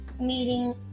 meeting